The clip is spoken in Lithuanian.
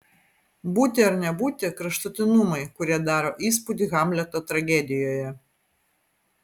būti ar nebūti kraštutinumai kurie daro įspūdį hamleto tragedijoje